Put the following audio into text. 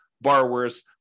borrowers